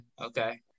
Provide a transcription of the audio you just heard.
okay